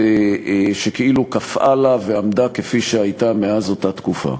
שכאילו קפאה לה ועמדה כפי שהייתה מאז אותה תקופה.